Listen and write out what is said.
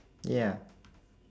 ya